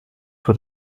were